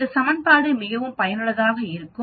இந்த சமன்பாடு மிகவும் பயனுள்ளதாக இருக்கும்